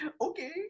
Okay